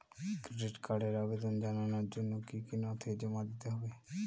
Credit কার্ডের আবেদন জানানোর জন্য কী কী নথি জমা দিতে হবে?